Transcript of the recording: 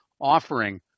offering